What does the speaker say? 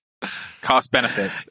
Cost-benefit